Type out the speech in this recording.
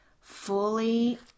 fully